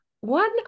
one